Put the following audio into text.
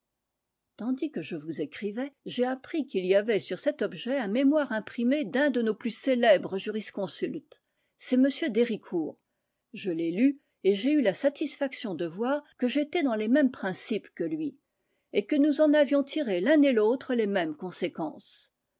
tandis que je vous écrivais j'ai appris qu'il y avait sur cet objet un mémoire imprimé d'un de nos plus célèbres jurisconsultes c'est m d'hericourt je l'ai lu et j'ai eu la satisfaction de voir que j'étais dans les mêmes principes que lui et que nous en avions tiré l'un et l'autre les mêmes conséquences